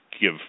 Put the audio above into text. give